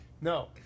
No